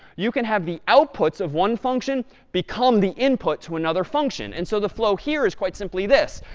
you can have the outputs of one function become the input to another function. and so the flow here is quite simply this.